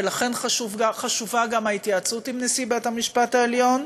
ולכן חשובה גם ההתייעצות עם נשיא בית-המשפט העליון.